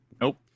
Nope